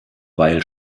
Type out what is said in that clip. weil